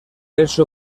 eso